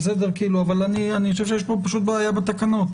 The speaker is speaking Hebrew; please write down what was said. אבל אני חושב שיש פה פשוט בעיה בניסוח התקנות.